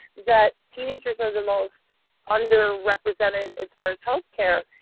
that teenagers are the most underrepresented as far as health care.